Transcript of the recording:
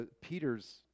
Peter's